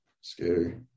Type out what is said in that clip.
Scary